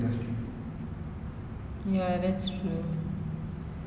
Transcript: a good change in the world I hope the vaccine comes out soon